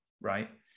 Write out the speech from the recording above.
right